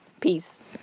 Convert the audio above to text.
Peace